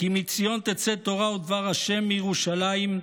כי מציון תצא תורה ודבר ה' מירושלם.